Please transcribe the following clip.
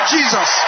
Jesus